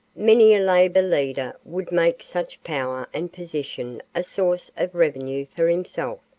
many a labor leader would make such power and position a source of revenue for himself,